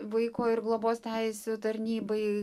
vaiko ir globos teisių tarnybai